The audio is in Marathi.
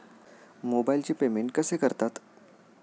मोबाइलचे पेमेंट कसे करतात?